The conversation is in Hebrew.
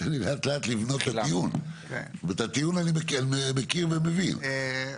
את הטיעון אני מכיר ומבין,